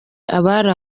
abari